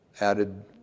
added